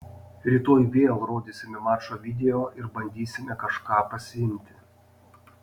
rytoj vėl rodysime mačo video ir bandysime kažką pasiimti